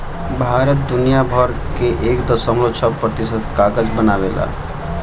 भारत दुनिया भर कअ एक दशमलव छह प्रतिशत कागज बनावेला